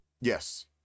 Yes